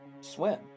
swim